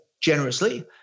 generously